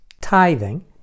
tithing